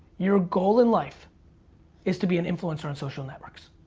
your goal in life is to be an influencer on social networks.